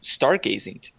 stargazing